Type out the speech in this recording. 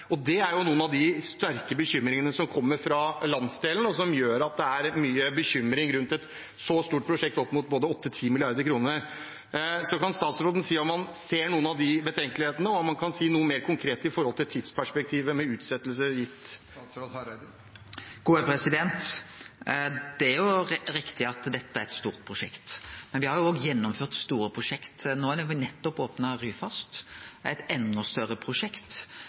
Det er noen av de sterke bekymringene som kommer fra landsdelen, og som gjør at det er mye bekymring rundt et så stort prosjekt, opp til 8–10 mrd. kr. Kan statsråden si om han ser noen av de betenkelighetene, og kan han si noe mer konkret om tidsperspektivet, med utsettelser? Det er riktig at dette er eit stort prosjekt, men me har også gjennomført store prosjekt. Me har nettopp opna Ryfast, som er eit endå større prosjekt,